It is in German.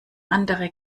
andere